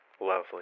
lovely